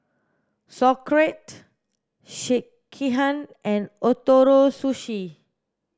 Sauerkraut Sekihan and Ootoro Sushi